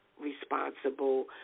responsible